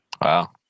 Wow